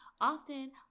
Often